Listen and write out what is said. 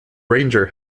ranger